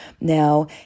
Now